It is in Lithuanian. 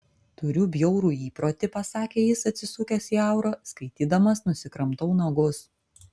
turiu bjaurų įprotį pasakė jis atsisukęs į aurą skaitydamas nusikramtau nagus